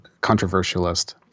controversialist